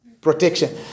protection